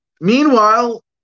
Meanwhile